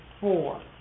four